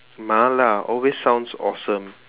Mala always sounds awesome